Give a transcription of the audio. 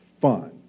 fun